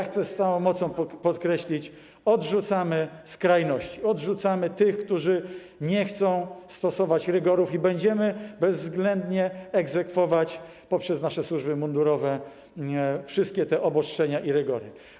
Chcę z całą mocą podkreślić: odrzucamy skrajności, odrzucamy tych, którzy nie chcą stosować rygorów i będziemy bezwzględnie egzekwować poprzez nasze służby mundurowe wszystkie te obostrzenia i rygory.